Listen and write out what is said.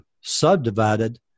subdivided